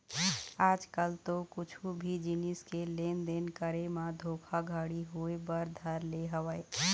आज कल तो कुछु भी जिनिस के लेन देन करे म धोखा घड़ी होय बर धर ले हवय